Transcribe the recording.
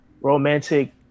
romantic